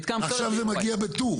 מתקן פסולת בעיר Y. עכשיו זה מגיע בטור.